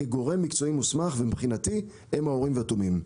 כגורם מקצועי מוסמך ומבחינתי הם האורים והתומים.